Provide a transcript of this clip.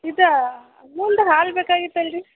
ಇದಾ ಅಮೂಲ್ದ್ ಹಾಲು ಬೇಕಾಗಿತ್ತು ಅಲ್ರಿ